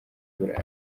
burayi